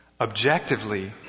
Objectively